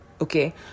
okay